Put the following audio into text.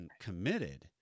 committed